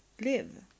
live